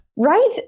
right